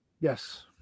yes